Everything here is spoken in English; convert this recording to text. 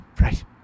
Right